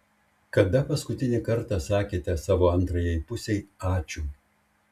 kada paskutinį kartą sakėte savo antrajai pusei ačiū